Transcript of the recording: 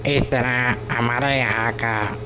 اس طرح ہمارے یہاں کا